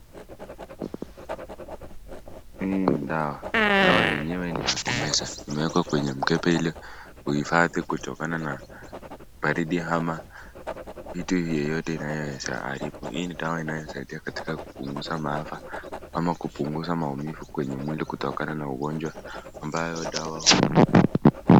Hii ni dawa . Dawa yenyewe ni ya kumeza, imewekwa kwenye mkebe ili kuifadhi kutokana na baridi ama vitu yoyote ambaye inaweza haribu. Hii ni dawa ambayo inasaidia kupunguza maafa, ama kupunguza maumivu kwenye mwili kutokana na ugonjwa ambayo hiyo dawa.